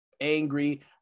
angry